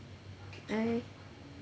I